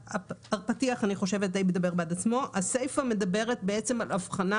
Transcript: הפתיח די מדבר בעד עצמו, הסיפא מדברת על הבחנה